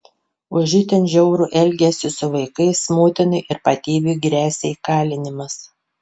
už itin žiaurų elgesį su vaikais motinai ir patėviui gresia įkalinimas